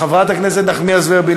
חברת הכנסת נחמיאס ורבין,